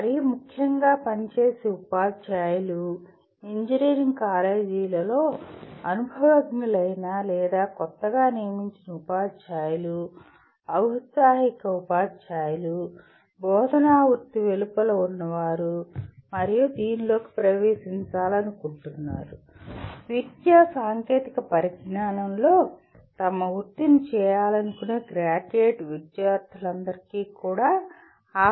మరీ ముఖ్యంగా పనిచేసే ఉపాధ్యాయులు ఇంజనీరింగ్ కాలేజీలలో అనుభవజ్ఞులైన లేదా కొత్తగా నియమించిన ఉపాధ్యాయులు ఉత్సాహిక ఉపాధ్యాయులు బోధనా వృత్తికి వెలుపల ఉన్నవారు మరియు దీనిలోకి ప్రవేశించాలనుకుంటున్నారు మరియు విద్య సాంకేతిక పరిజ్ఞానంలో తమ వృత్తిని చేయాలనుకునే గ్రాడ్యుయేట్ విద్యార్థులకి కూడా ఆసక్తి ఉంటుంది